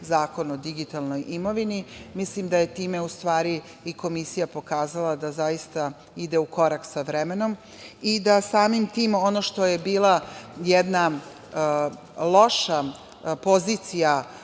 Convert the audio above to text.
Zakon o digitalnoj imovini. Mislim da je time i Komisija pokazala da zaista ide u korak s vremenom i da samim tim ono što je bila jedna loša pozicija